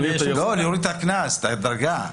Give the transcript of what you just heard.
נוריד את הדרגה.